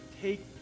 take